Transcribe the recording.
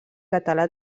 català